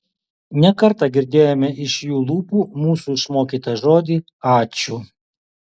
ne kartą girdėjome iš jų lūpų mūsų išmokytą žodį ačiū